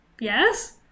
Yes